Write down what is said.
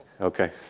Okay